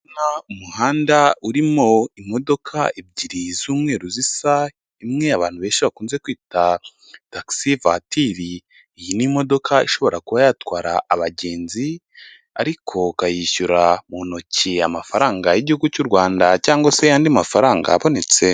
Umuhanda urimo imodoka ebyiri z'umweru zisa ,imwe abantu benshi bakunze kwita tagisi vatiri , iyi ni imodoka ishobora kuba yatwara abagenzi ariko ukayishyura mu ntoki amafaranga y'igihugu cy'u Rwanda cyangwa se andi mafaranga abonetse.